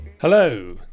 Hello